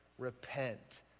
Repent